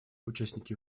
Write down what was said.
участники